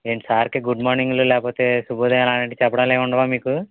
ఏంటి సార్కి గుడ్ మోర్నింగులు లేకపోతే శుభోదయాలు అలాంటివి చెప్పడాలేమి ఉండవా మీకు